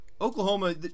Oklahoma